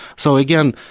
so, again,